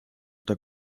der